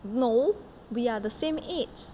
no we are the same age